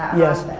yes.